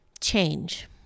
change